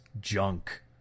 junk